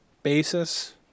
basis